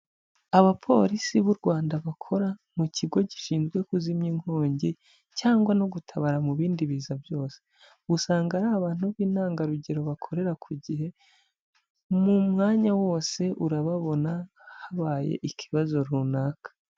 Abapolisi b'u Rwanda bakora mu kigo gishinzwe kuzimya inkongi cyangwa no gutabara mu bindi bizaza byose. Usanga ari abantu b'intangarugero bakorera ku gihe, mu mwanya wose urababona habaye ikibazo runaka.